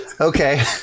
Okay